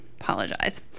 Apologize